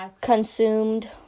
consumed